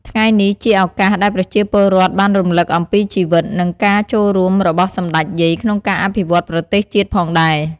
ថ្ងៃនេះជាឱកាសដែលប្រជាពលរដ្ឋបានរំលឹកអំពីជីវិត និងការចូលរួមរបស់សម្តេចយាយក្នុងការអភិវឌ្ឍប្រទេសជាតិផងដែរ។